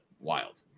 wild